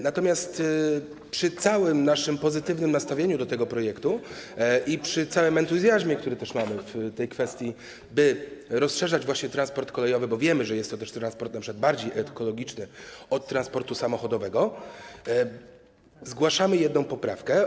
Natomiast przy całym naszym pozytywnym nastawieniu do tego projektu i przy całym entuzjazmie, który mamy w tej kwestii, by rozszerzać właśnie transport kolejowy, bo wiemy, że jest to transport np. bardziej ekologiczny od transportu samochodowego, zgłaszamy jedną poprawkę.